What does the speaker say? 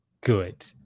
good